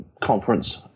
conference